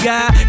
God